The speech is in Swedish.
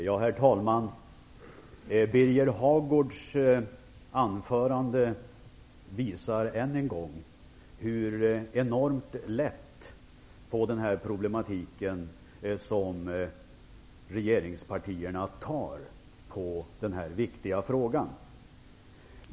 Herr talman! Birger Hagårds anförande visar än en gång hur enormt lätt regeringspartierna tar på problematiken i den här viktiga frågan.